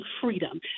Freedom